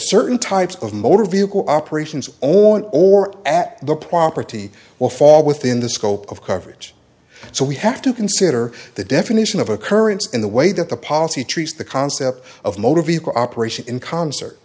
certain types of motor vehicle operations own or at the property will fall within the scope of coverage so we have to consider the definition of occurrence in the way that the policy treats the concept of motor vehicle operation in concert